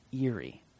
eerie